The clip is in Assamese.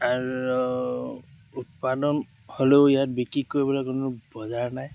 আৰু উৎপাদন হ'লেও ইয়াত বিক্ৰী কৰিবলৈ কোনো বজাৰ নাই